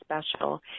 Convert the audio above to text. special